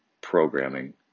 programming